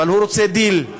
אבל הוא רוצה דיל.